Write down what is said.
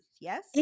Yes